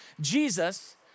Jesus